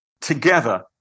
Together